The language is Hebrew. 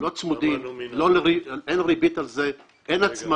הם לא צמודים, אין על זה ריבית, אין הצמדה.